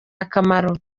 akamaro